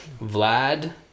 Vlad